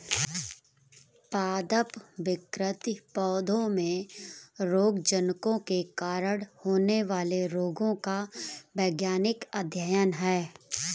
पादप विकृति पौधों में रोगजनकों के कारण होने वाले रोगों का वैज्ञानिक अध्ययन है